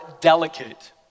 delicate